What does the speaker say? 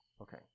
Okay